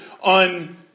on